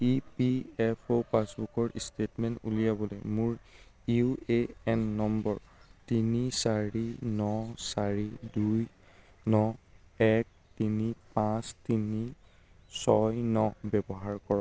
ই P F অ' পাছবুকৰ statement উলিয়াবলৈ মোৰ ইউ এ এন নম্বৰ তিনি চাৰি ন চাৰি দুই ন এক তিনি পাঁচ তিনি ছয় ন ব্যৱহাৰ কৰক